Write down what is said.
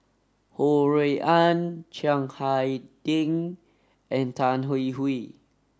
Ho Rui An Chiang Hai Ding and Tan Hwee Hwee